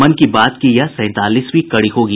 मन की बात की यह सैंतालीसवीं कड़ी होगी